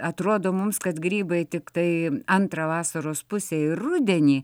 atrodo mums kad grybai tiktai antrą vasaros pusę į rudenį